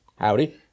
howdy